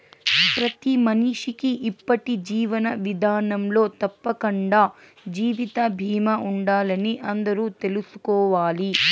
ప్రతి మనిషికీ ఇప్పటి జీవన విదానంలో తప్పకండా జీవిత బీమా ఉండాలని అందరూ తెల్సుకోవాలి